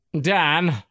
Dan